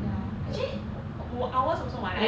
ya actually 我 ours were like